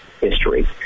history